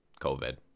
COVID